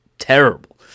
Terrible